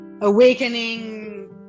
awakening